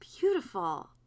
Beautiful